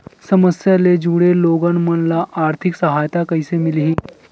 समस्या ले जुड़े लोगन मन ल आर्थिक सहायता कइसे मिलही?